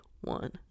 one